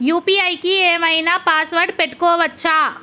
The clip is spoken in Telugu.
యూ.పీ.ఐ కి ఏం ఐనా పాస్వర్డ్ పెట్టుకోవచ్చా?